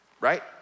Right